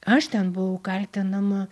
aš ten buvau kaltinama